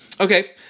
Okay